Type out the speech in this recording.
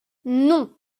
non